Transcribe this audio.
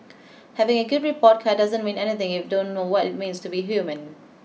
having a good report card doesn't mean anything if you don't know what it means to be human